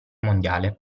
mondiale